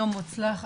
יום מוצלח,